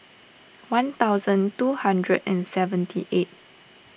one thousand two hundred and seventy eight